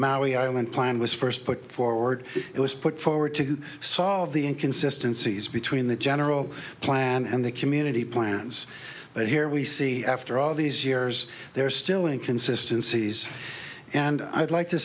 maori island plan was first put forward it was put forward to solve the inconsistency between the general plan and the community plans but here we see after all these years they're still in consistencies and i'd like to